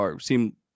seem